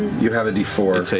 you have a d four.